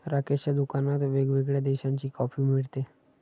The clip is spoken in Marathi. राकेशच्या दुकानात वेगवेगळ्या देशांची कॉफी मिळते